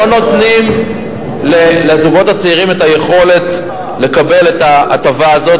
הם לא נותנים לזוגות הצעירים את היכולת לקבל את ההטבה הזאת